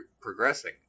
progressing